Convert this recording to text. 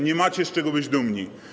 Nie macie z czego być dumni.